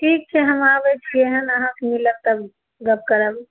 ठीक छै हम आबै छियनि अहाँ सँ मिलऽ तभी गप करब